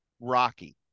rocky